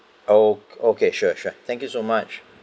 oh okay sure sure thank you so much